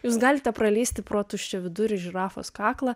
jūs galite pralįsti pro tuščiavidurį žirafos kaklą